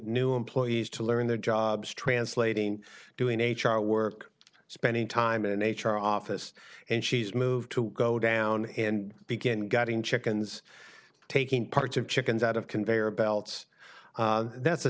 new employees to learn their jobs translating doing h r work spending time in an h r office and she's moved to go down and begin getting chickens taking parts of chickens out of conveyor belts that's a